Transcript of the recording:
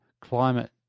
climate